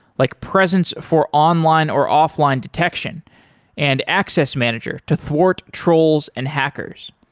like presence for online or offline detection and access manager to thwart trolls and hackers.